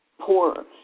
poorer